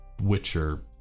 Witcher